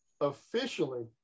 Officially